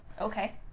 Okay